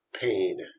pain